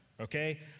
Okay